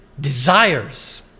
desires